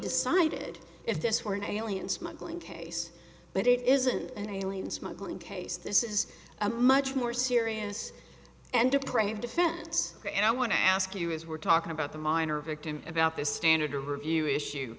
decided if this were an alien smuggling case but it isn't an alien smuggling case this is a much more serious and deprived offense and i want to ask you as we're talking about the minor victim about this standard to review issue